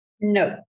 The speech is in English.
No